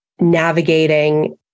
navigating